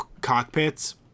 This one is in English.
cockpits